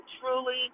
truly